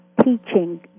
teaching